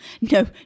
no